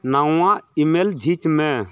ᱱᱟᱣᱟ ᱤᱼᱢᱮᱞ ᱡᱷᱤᱡᱽ ᱢᱮ